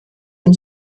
dem